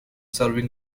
serving